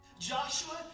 Joshua